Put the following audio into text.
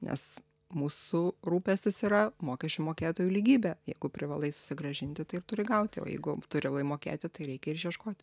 nes mūsų rūpestis yra mokesčių mokėtojų lygybė jeigu privalai susigrąžinti tai turi gauti o jeigu privalai mokėti tai reikia ir išieškoti